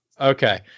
Okay